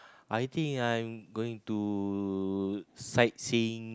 I think I'm going to sightseeing